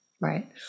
Right